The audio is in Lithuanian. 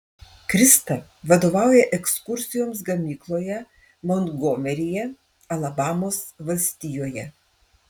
krista vadovauja ekskursijoms gamykloje montgomeryje alabamos valstijoje